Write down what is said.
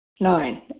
Nine